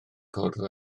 cwrdd